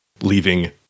leaving